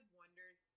wonders